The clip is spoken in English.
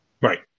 Right